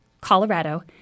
Colorado